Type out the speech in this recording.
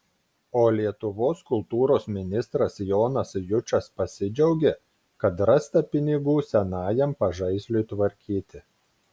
o lietuvos kultūros ministras jonas jučas pasidžiaugė kad rasta pinigų senajam pažaisliui tvarkyti